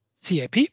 CIP